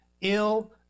ill